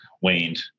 waned